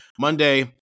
Monday